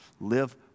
Live